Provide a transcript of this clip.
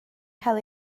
cael